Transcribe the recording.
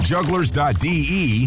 Jugglers.de